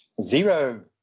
Zero